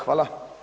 Hvala.